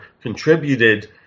contributed